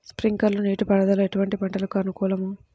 Sprinkler నీటిపారుదల ఎటువంటి పంటలకు అనుకూలము?